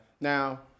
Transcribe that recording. Now